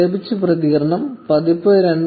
ലഭിച്ച പ്രതികരണം പതിപ്പ് 2